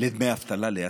לדמי אבטלה לעצמאים.